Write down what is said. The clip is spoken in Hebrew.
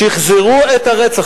שחזרו את הרצח.